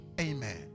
amen